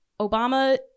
Obama